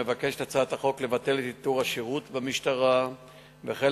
מבקשת הצעת החוק לבטל את עיטור השירות במשטרה וכן